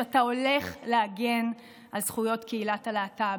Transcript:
שאתה הולך להגן על זכויות קהילת הלהט"ב,